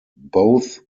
both